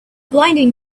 blinding